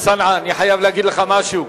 טלב אלסאנע, אני חייב להגיד לך משהו.